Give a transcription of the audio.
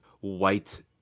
white